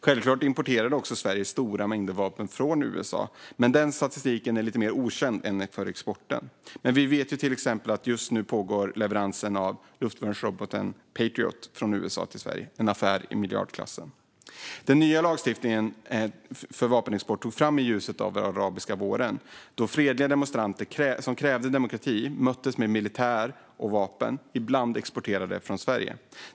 Självklart importerar Sverige också stora mängder vapen från USA, men den statistiken är lite mer okänd än exporten. Vi vet dock till exempel att just nu pågår leveransen av luftvärnsroboten Patriot från USA till Sverige, en affär i miljardklassen. Den nya lagstiftningen för vapenexport togs fram i ljuset av arabiska våren, då fredliga demonstranter som krävde demokrati möttes med militär och vapen, ibland exporterade från Sverige.